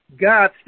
God